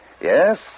Yes